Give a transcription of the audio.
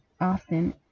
often